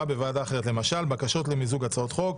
בוועדה אחרת (למשל בקשות למיזוג הצעות חוק,